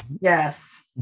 Yes